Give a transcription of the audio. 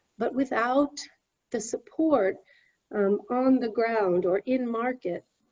but without the support um on the ground or in market,